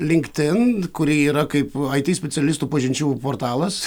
linktdin kuri yra kaip it specialistų pažinčių portalas